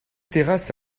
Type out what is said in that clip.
terrasse